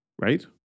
right